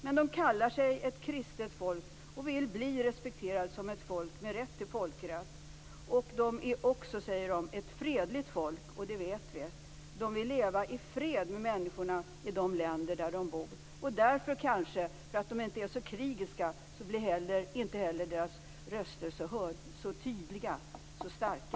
Men dessa människor kallar sig ett kristet folk och vill bli respekterade som ett folk med rätt till folkrätt. Det assyriska folket anser sig också vara ett fredligt folk, och det vet vi. Dessa människor vill leva i fred med människorna i de länder där de bor. Det är kanske på grund av att de inte är så krigiska som deras röster inte heller blir så tydliga och starka.